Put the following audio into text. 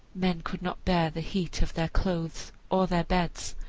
men could not bear the heat of their clothes or their beds,